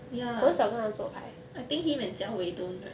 ya I think him and jia wei don't right